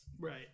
Right